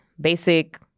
basic